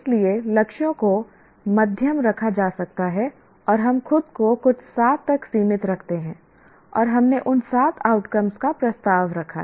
इसलिए लक्ष्यों को मध्यम रखा जा सकता है और हम खुद को कुछ सात तक सीमित रखते हैं और हमने उन सात आउटकम्स का प्रस्ताव रखा